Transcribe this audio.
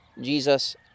Jesus